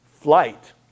Flight